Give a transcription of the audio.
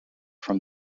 from